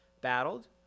battled